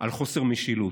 על חוסר משילות.